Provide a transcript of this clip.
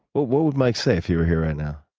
what what would mike say if he were here right now?